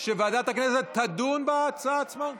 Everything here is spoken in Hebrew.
שוועדת הכנסת תדון בהצעה עצמה?